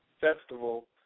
Festival